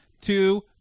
two